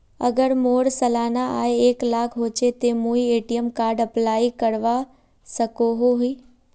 अगर मोर सालाना आय एक लाख होचे ते मुई ए.टी.एम कार्ड अप्लाई करवा सकोहो ही?